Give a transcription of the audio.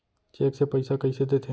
Cheque से पइसा कइसे देथे?